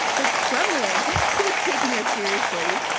the kremlin who was taking us seriously,